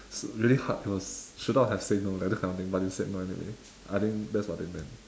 so really hard it was should not have said no like that kind of thing but you said no anyways I think that's what they meant